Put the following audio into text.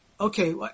Okay